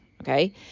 okay